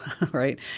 right